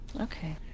Okay